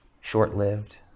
short-lived